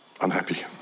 unhappy